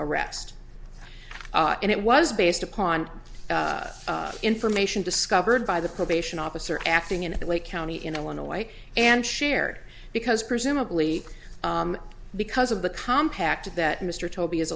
arrest and it was based upon information discovered by the probation officer acting in l a county in illinois and shared because presumably because of the compact that mr toby is